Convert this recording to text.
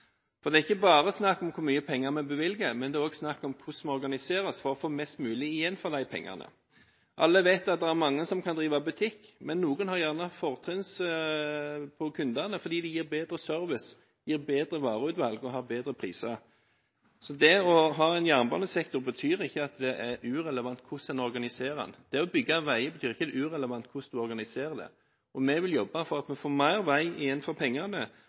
For det er ikke bare snakk om hvor mye penger vi bevilger – det er også snakk om hvordan det må organiseres for å få mest mulig igjen for de pengene. Alle vet at det er mange som kan drive butikk, men noen har gjerne et fortrinn når det gjelder kundene fordi de gir bedre service og har bedre vareutvalg og bedre priser. Det å ha en jernbanesektor betyr ikke at det er irrelevant hvordan en organiserer den. Det å bygge veier betyr ikke at det er irrelevant hvordan en organiserer det. Vi vil jobbe for at vi får mer vei igjen for pengene,